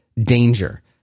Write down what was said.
danger